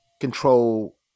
control